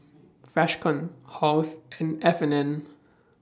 Freshkon Halls and F and N